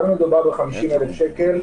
גם כשמדובר ב-50 אלף שקל,